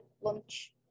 lunch